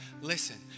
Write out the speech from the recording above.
listen